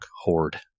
horde